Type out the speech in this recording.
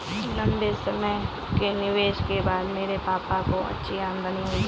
लंबे समय के निवेश के बाद मेरे पापा को अच्छी आमदनी हुई है